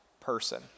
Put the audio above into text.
person